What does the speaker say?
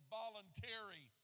voluntary